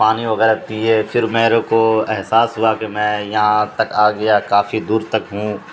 پانی وغیرہ پے پھر میرے کو احساس ہوا کہ میں یہاں تک آ گیا کافی دور تک ہوں